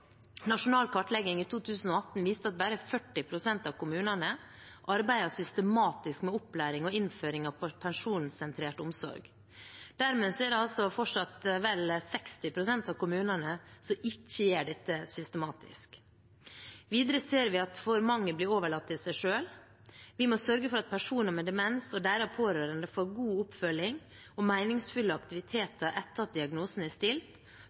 kartlegging i 2018 viste at bare 40 pst. av kommunene arbeider systematisk med opplæring og innføring av personsentrert omsorg. Dermed er det fortsatt vel 60 pst. av kommunene som ikke gjør dette systematisk. Videre ser vi at for mange blir overlatt til seg selv. Vi må sørge for at personer med demens og deres pårørende får god oppfølging og meningsfulle aktiviteter etter at diagnosen er stilt,